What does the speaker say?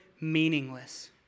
meaningless